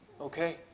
Okay